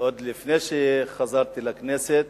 עוד לפני שחזרתי לכנסת,